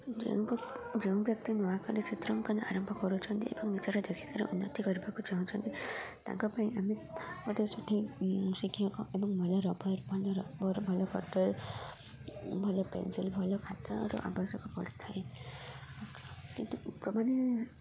ଯେଉଁ ଯେଉଁ ବ୍ୟକ୍ତି ନୂଆକରି ଚିତ୍ର ଅଙ୍କନ ଆରମ୍ଭ କରୁଛନ୍ତି ଏବଂ ନିଜର ଦକ୍ଷତାର ଉନ୍ନତି କରିବାକୁ ଚାହୁଁଛନ୍ତି ତାଙ୍କ ପାଇଁ ଆମେ ଗୋଟେ ସେଇଠି ଶିକ୍ଷକ ଏବଂ ଭଲ ରବର୍ ଭଲ ରବର୍ ଭଲ କଟର୍ ଭଲ ପେନ୍ସିଲ୍ ଭଲ ଖାତାର ଆବଶ୍ୟକ ପଡ଼ିଥାଏ କିନ୍ତୁ ମାନେ